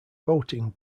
boating